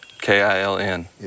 k-i-l-n